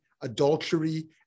adultery